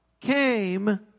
came